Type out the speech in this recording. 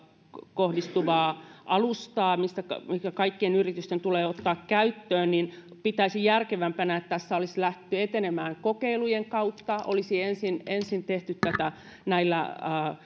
kohdistuvaa alustaa mikä kaikkien yritysten tulee ottaa käyttöön pitäisin järkevämpänä että tässä olisi lähdetty etenemään kokeilujen kautta ja olisi ensin ensin tehty tämä